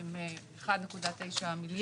1.9 מיליון.